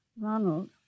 Ronald